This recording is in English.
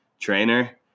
trainer